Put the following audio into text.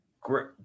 great –